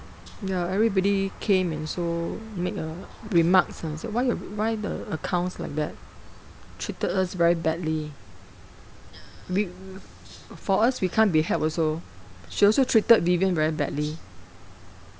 ya everybody came and so make a remarks ah said why your why the accounts like that treated us very badly we for us we can't be helped also she also treated vivien very badly